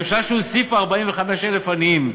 ממשלה שהוסיפה 45,000 עניים.